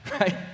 Right